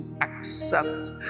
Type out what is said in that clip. accept